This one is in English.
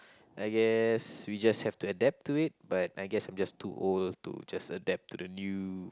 I guess we just have to adapt to it but I guess I'm just too old to just adapt to the new